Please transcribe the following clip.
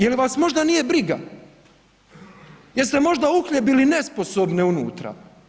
Je li vas možda nije briga, jeste možda uhljebili nesposobne unutra?